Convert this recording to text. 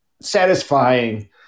satisfying